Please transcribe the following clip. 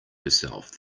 herself